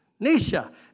Nisha